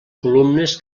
columnes